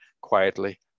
quietly